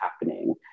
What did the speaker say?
happening